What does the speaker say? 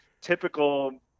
typical